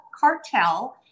cartel